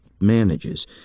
manages